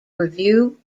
review